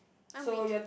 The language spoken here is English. I'm weak